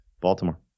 Baltimore